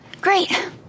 Great